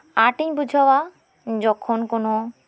ᱟᱸᱴᱤᱧ ᱵᱩᱡᱷᱟᱹᱣᱟ ᱡᱚᱠᱷᱚᱱ ᱠᱚᱱᱚ